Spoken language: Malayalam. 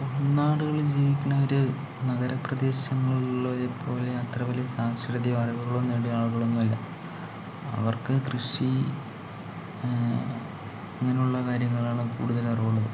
ഉൾനാടുകളിൽ ജീവിക്കുന്നവർ നഗരപ്രദേശങ്ങളിലുള്ളവരെപ്പോലെ അത്ര വലിയ സാക്ഷരതയും അറിവുകളൊന്നും ഉള്ളവർ ആകണമെന്നില്ല അവർക്ക് കൃഷി ഇങ്ങനെയുള്ള കാര്യങ്ങളാണ് കൂടുതലറിവുള്ളത്